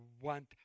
want